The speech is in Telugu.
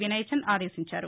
వినయ్ చంద్ ఆదేశించారు